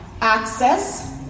access